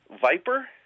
Viper